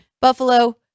Buffalo